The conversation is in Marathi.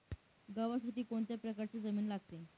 गव्हासाठी कोणत्या प्रकारची जमीन लागते?